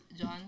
John